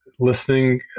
listening